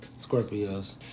Scorpios